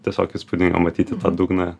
tiesiog įspūdinga matyti tą dugną